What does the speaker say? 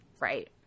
right